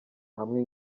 hamwe